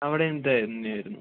അവിടെയും ഇത് തന്നെയായിരുന്നു